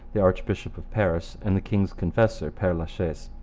the archbishop of paris, and the king's confessor, pere la chaise.